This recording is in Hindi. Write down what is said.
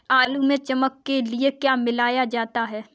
आलू में चमक के लिए क्या मिलाया जाता है?